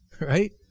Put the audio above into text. right